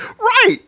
Right